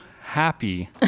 happy